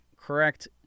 correct